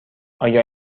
آیا